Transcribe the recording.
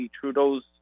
Trudeau's